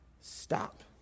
Stop